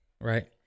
right